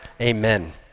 amen